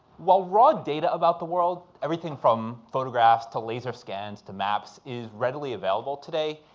while raw data about the world, everything from photographs to laser scans to maps is readily available today,